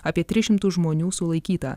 apie tris šimtus žmonių sulaikyta